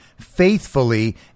faithfully